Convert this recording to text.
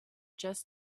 just